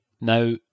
Now